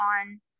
on